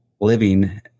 living